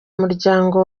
muryango